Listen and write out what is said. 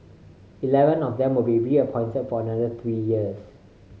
eleven of them will be reappointed for another three years